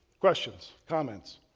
questions? comments?